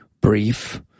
brief